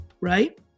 right